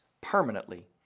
permanently